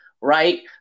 right